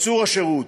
קיצור השירות.